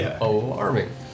alarming